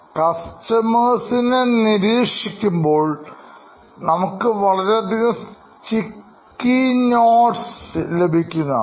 കസ്റ്റമേഴ്സിനെ നിരീക്ഷിക്കുമ്പോൾ നമുക്ക് വളരെയധികം സ്റ്റിക്കി നോട്ട്സ് ലഭിക്കുന്നതാണ്